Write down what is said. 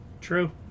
True